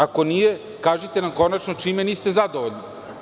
Ako nije, kažite nam konačno čime niste zadovoljni?